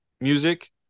music